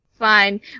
Fine